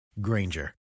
Granger